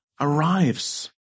arrives